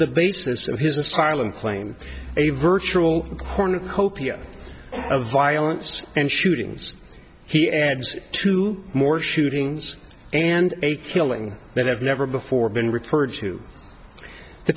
the basis of his asylum claim a virtual cornucopia of violence and shootings he adds two more shootings and eight killing that have never before been referred to the